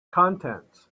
content